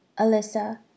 Alyssa